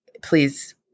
Please